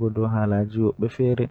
heɓɓe leydi woɗɓe ɗiɗɗi.